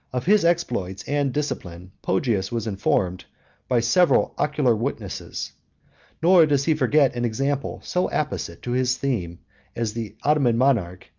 of his exploits and discipline poggius was informed by several ocular witnesses nor does he forget an example so apposite to his theme as the ottoman monarch,